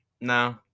No